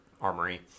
armory